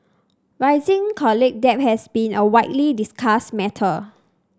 rising college debt has been a widely discussed matter